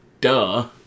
duh